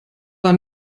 war